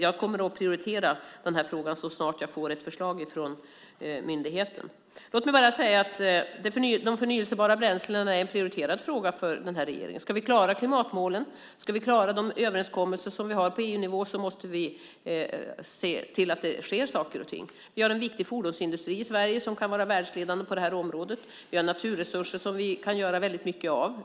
Jag kommer att prioritera den här frågan så snart jag får ett förslag från myndigheten. Låt mig bara säga att de förnybara bränslena är en prioriterad fråga för den här regeringen. Ska vi klara klimatmålen, ska vi klara de överenskommelser som vi har på EU-nivå måste vi se till att det sker saker och ting. Vi har en viktig fordonsindustri i Sverige som kan vara världsledande på det här området. Vi har naturresurser som vi kan göra väldigt mycket av.